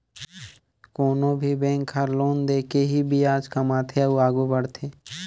कोनो भी बेंक हर लोन दे के ही बियाज कमाथे अउ आघु बड़थे